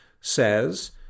says